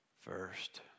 first